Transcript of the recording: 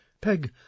Peg